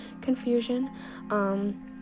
confusion